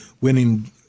winning